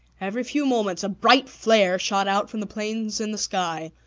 every few moments a bright flare shot out from the planes in the sky,